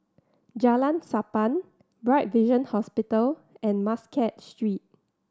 Jalan Sappan Bright Vision Hospital and Muscat Street